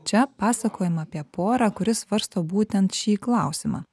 čia pasakojama apie porą kuri svarsto būtent šį klausimą